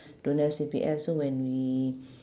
don't have C_P_F so when we